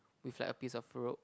with like a piece of rope